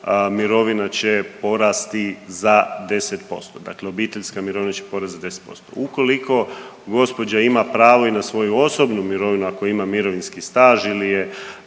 mirovina će porasti za 10%, dakle obiteljska mirovina će porast za 10%. Ukoliko gospođa ima pravo i na svoju osobnu mirovinu ako ima mirovinski staž ili je